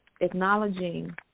acknowledging